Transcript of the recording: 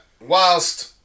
whilst